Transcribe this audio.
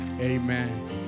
amen